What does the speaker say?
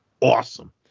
awesome